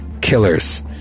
killers